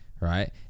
right